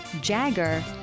jagger